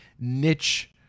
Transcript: niche